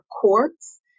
courts